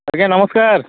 ଆଜ୍ଞା ନମସ୍କାର